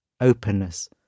Openness